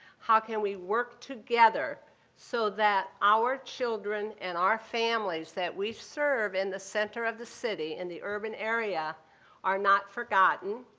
how can we work together so that our children and our families that we serve in the center of the city in the urban area are not forgotten,